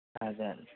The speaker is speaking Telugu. అదే